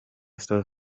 stop